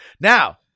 Now